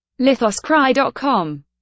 Lithoscry.com